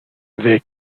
they